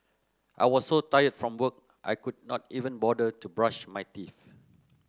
I was so tired from work I could not even bother to brush my teeth